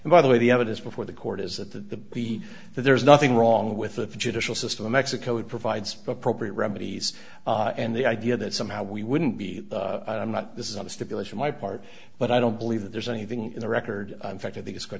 and by the way the evidence before the court is that the the that there is nothing wrong with the judicial system mexico it provides appropriate remedies and the idea that somehow we wouldn't be i'm not this is not a stipulation my part but i don't believe that there's anything in the record in fact of th